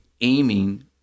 aiming